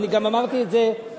אני גם אמרתי את זה בוועדה,